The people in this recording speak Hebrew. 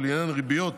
ולעניין ריביות